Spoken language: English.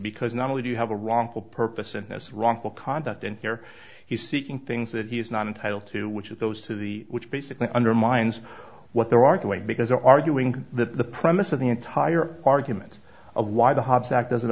because not only do you have a wrongful purpose in this wrongful conduct and here he's seeking things that he is not entitled to which it goes to the which basically undermines what they're arguing because they're arguing that the premise of the entire argument of why the hobbs act doesn't